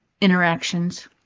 interactions